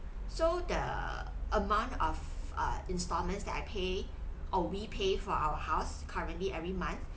so the amount of err installments that I pay or we pay for our house currently every month